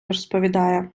розповідає